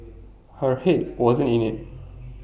her Head wasn't in IT